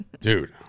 Dude